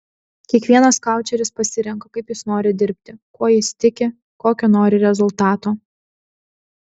kiekvienas koučeris pasirenka kaip jis nori dirbti kuo jis tiki kokio nori rezultato